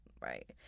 Right